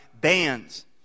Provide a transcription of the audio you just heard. bands